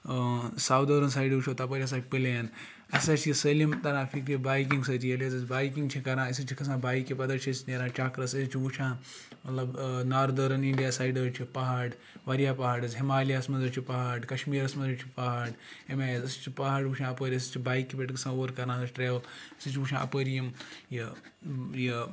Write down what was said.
southern side وٕچھو تَپٲرۍ ہَسا چھِ پٕلین اَسہِ ہَسا چھِ یہِ سٲلِم تَران فِکرِ بایِکِنٛگ سۭتۍ ییٚلہِ أسۍ بایِکِنٛگ چھِ کَران أسۍ حظ چھِ کھَسان بایِکہِ پَتہٕ حظ چھِ أسۍ نیران چَکرَس أسۍ حظ چھِ وٕچھان مطلب ناردٲرٕن اِنڈیا سایڈٕ حظ چھِ پہاڑ واریاہ پہاڑ حظ ہِمالیاہَس منٛز حظ چھِ پہاڑ کشمیٖرَس منٛز چھِ پہاڑ اَمے آیہِ أسۍ چھِ پہاڑ وٕچھان اَپٲرۍ أسۍ حظ چھِ بایِکہِ پٮ۪ٹھ گژھان اور کَران أسۍ ٹرٛیٚوٕل أسۍ حظ چھِ وٕچھان اَپٲری یِم یہِ یہِ